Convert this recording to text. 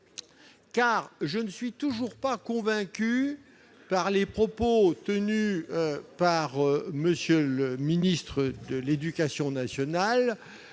! Je ne suis toujours pas convaincu par les propos tenus par M. le ministre de l'éducation nationale,